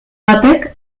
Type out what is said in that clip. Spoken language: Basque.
batek